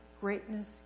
greatness